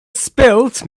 spilt